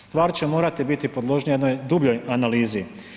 Stvar će morati biti podložnija jednoj dubljoj analizi.